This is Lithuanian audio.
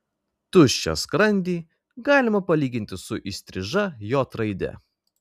tuščią skrandį galima palyginti su įstriža j raide